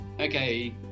okay